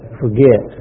forget